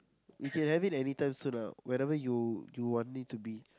you can have it anytime soon ah whenever you you want it to be